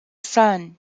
son